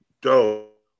dope